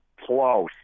close